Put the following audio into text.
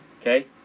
Okay